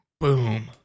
Boom